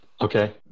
Okay